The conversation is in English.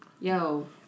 Yo